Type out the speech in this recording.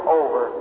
over